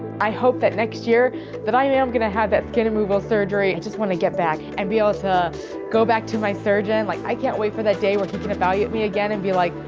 i hope that next year that i am going to have that skin removal surgery i just want to get back and be able ah to go back to my surgeon like i can't wait for that day when he can evaluate me again and be like,